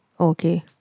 Okay